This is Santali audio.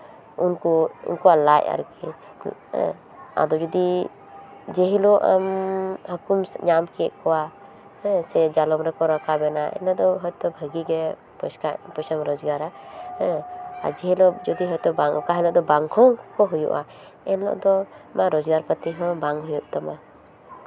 ᱩᱱᱠᱩ ᱩᱱᱠᱩᱣᱟᱜ ᱞᱟᱡ ᱟᱨ ᱠᱤ ᱟᱫᱚ ᱡᱩᱫᱤ ᱡᱮ ᱦᱤᱞᱳᱜ ᱮᱢ ᱦᱟᱹᱠᱩᱢ ᱧᱟᱢ ᱠᱮᱫ ᱠᱚᱣᱟ ᱥᱮ ᱡᱟᱞᱚᱢ ᱨᱮᱠᱚ ᱨᱟᱠᱟᱵ ᱮᱱᱟ ᱤᱱᱟᱹ ᱫᱚ ᱦᱳᱭᱛᱳ ᱵᱷᱟᱹᱜᱮ ᱜᱮ ᱯᱚᱭᱥᱟᱢ ᱨᱳᱡᱽᱜᱟᱨᱟ ᱦᱮᱸ ᱢᱟᱡᱷᱮ ᱦᱤᱞᱳᱜ ᱡᱩᱫᱤ ᱡᱚᱛᱚ ᱵᱟᱝ ᱚᱠᱟ ᱦᱤᱞᱳᱜ ᱫᱚ ᱵᱟᱝ ᱦᱚᱸ ᱠᱚ ᱦᱩᱭᱩᱜᱼᱟ ᱮᱱ ᱦᱤᱞᱳᱜ ᱫᱚ ᱨᱳᱡᱽᱜᱟᱨᱯᱟᱹᱛᱤ ᱦᱚᱸ ᱵᱟᱝ ᱦᱩᱭᱩᱜ ᱛᱟᱢᱟ